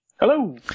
Hello